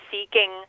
seeking